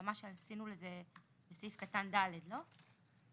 ההשלמה שעשינו לזה בסעיף קטן (ד) לגבי